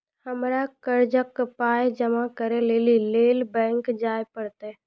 हमरा कर्जक पाय जमा करै लेली लेल बैंक जाए परतै?